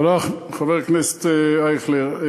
תודה, חבר הכנסת אייכלר.